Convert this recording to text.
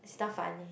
it's not funny